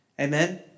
Amen